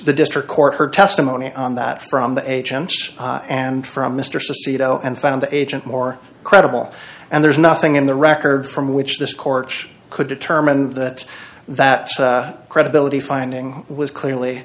the district court heard testimony on that from the agents and from mr siegel and found the agent more credible and there's nothing in the record from which this court could determine that that credibility finding was clearly